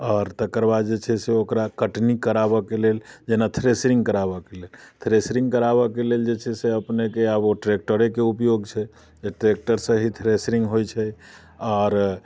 आओर तकर बाद जे छै से ओकरा कटनी कराबयके लेल जेना थ्रेशरिंग कराबयके लेल थ्रेशरिंग कराबयके लेल जे छै से अपनेके आब ओ ट्रैक्टरेके उपयोग छै जे ट्रैक्टरसँ ही थ्रेशरिंग होइत छै आओर